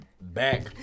back